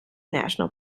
national